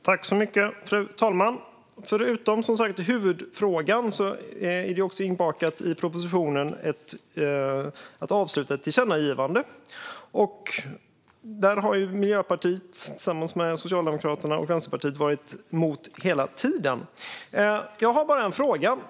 Fru talman! Förutom huvudfrågan är det inbakat i propositionen att avsluta ett tillkännagivande, som Miljöpartiet tillsammans med Socialdemokraterna och Vänsterpartiet hela tiden har varit emot. Jag har bara en fråga.